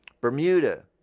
Bermuda